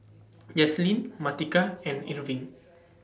Jaslyn Martika and Irving